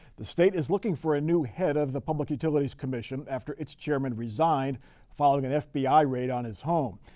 the state is looking for a new head of the public utilities commission after its chairman resigned following an fbi raid on his home.